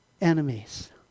enemies